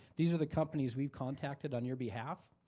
these are the companies we've contacted on your behalf.